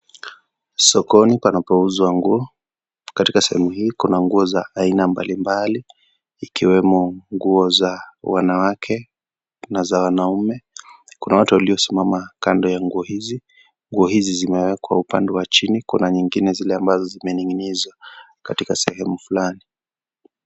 Sokoni panapouzwa nguo. Katika sehemu hii kuna nguo za aina mbalimbali ikiwemo nguo za wanawake na za wanaume. Kuna watu waliosimama kando ya nguo hizi. Nguo hizi zimewekwa upande wa chini, kuna nyingine zile ambazo zimening'inizwa katika sehemu fulani.